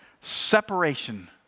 Separation